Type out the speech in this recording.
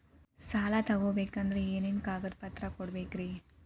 ಸಾಲ ತೊಗೋಬೇಕಂದ್ರ ಏನೇನ್ ಕಾಗದಪತ್ರ ಕೊಡಬೇಕ್ರಿ?